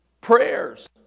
Prayers